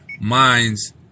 minds